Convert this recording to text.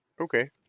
okay